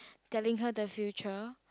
telling her the future